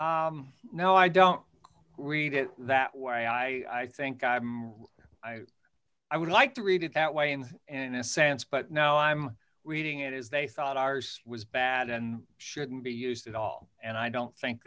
no i don't read it that way i think i would like to read it that way and and in a sense but now i'm reading it is they thought ours was bad and shouldn't be used at all and i don't think